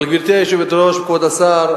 אבל, גברתי היושבת-ראש, כבוד השר,